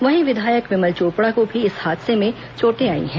वहीं विधायक विमल चोपड़ा को भी इस हादसे में चोटें आई हैं